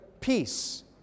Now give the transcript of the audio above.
peace